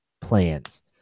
plans